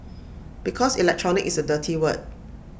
because electronic is A dirty word